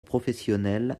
professionnel